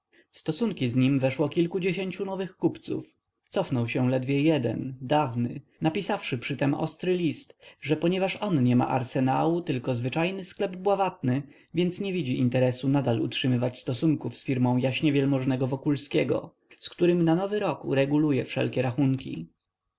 stosunki z nim weszło kilkudziesięciu nowych kupców cofnął się ledwie jeden dawny napisawszy przytem ostry list że ponieważ on nie ma arsenału tylko zwyczajny sklep bławatny więc nie widzi interesu nadal utrzymywać stosunków z firmą jw-go wokulskiego z którym na nowy rok ureguluje wszelkie rachunki